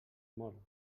molt